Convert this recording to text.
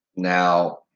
Now